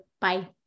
Bye